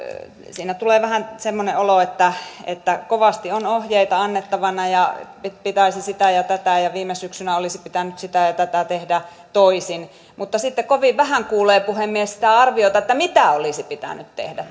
siinä tulee vähän semmoinen olo että että kovasti on ohjeita annettavana ja pitäisi sitä ja tätä ja viime syksynä olisi pitänyt sitä ja tätä tehdä toisin mutta sitten kovin vähän kuulee puhemies sitä arviota että mitä olisi pitänyt tehdä